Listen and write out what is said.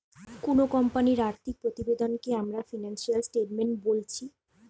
কুনো কোম্পানির আর্থিক প্রতিবেদনকে আমরা ফিনান্সিয়াল স্টেটমেন্ট বোলছি